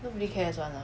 nobody cares [one] ah